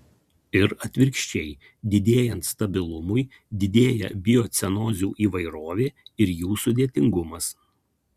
ir atvirkščiai didėjant stabilumui didėja biocenozių įvairovė ir jų sudėtingumas